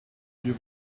you